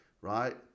right